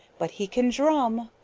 but he can drum.